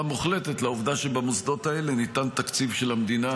מוחלטת לעובדה שבמוסדות האלה ניתן תקציב של המדינה.